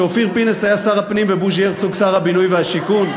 שאופיר פינס היה שר הפנים ובוז'י הרצוג שר הבינוי והשיכון?